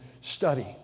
study